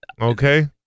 Okay